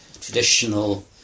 traditional